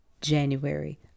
January